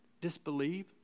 disbelieve